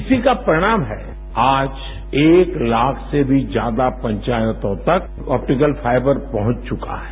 इसी का परिणाम है आज एक लाख से भी ज्यादा पंचायतों तक ऑपटिकल फाइबर पहुंच चुका है